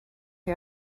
chi